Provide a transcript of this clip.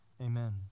Amen